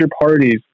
parties